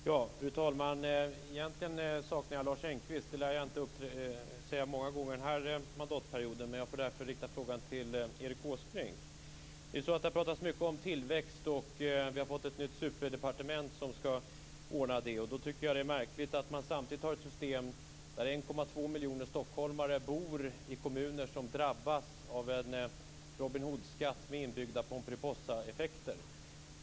Fru talman! Egentligen saknar jag Lars Engqvist. Det lär jag inte säga många gånger den här mandatperioden. Därför får jag rikta frågan till Erik Åsbrink. Det har pratats mycket tillväxt. Vi har fått ett nytt superdepartement som skall ordna detta. Jag tycker att det är märkligt att man samtidigt har ett system där 1,2 miljoner stockholmare bor i kommuner som drabbas av en Robin Hood-skatt med inbyggda Pomperipossaeffekter.